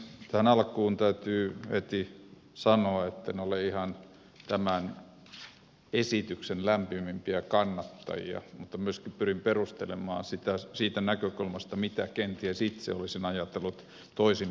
tähän alkuun täytyy heti sanoa etten ole ihan tämän esityksen lämpimimpiä kannattajia mutta myöskin pyrin perustelemaan sitä siitä näkökulmasta mitä kenties itse olisin ajatellut toisinpäin